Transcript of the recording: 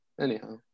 Anyhow